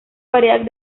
variedad